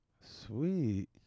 Sweet